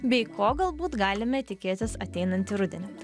bei ko galbūt galime tikėtis ateinantį rudenį